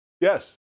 Yes